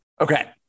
Okay